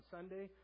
Sunday